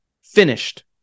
finished